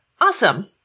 awesome